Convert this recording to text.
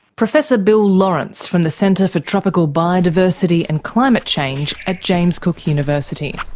professor bill laurance, from the centre for tropical biodiversity and climate change at james cook university.